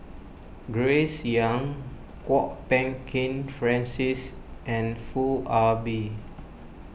Grace Young Kwok Peng Kin Francis and Foo Ah Bee